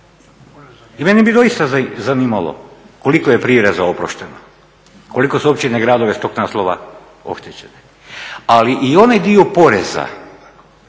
I mene bi doista zanimalo koliko je prireza oprošteno, koliko su općine, gradova iz tog naslova oštećene. Ali i onaj dio poreza